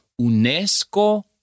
Unesco